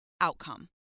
outcome